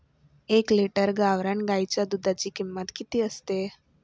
एक लिटर गावरान गाईच्या दुधाची किंमत किती असते?